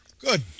Good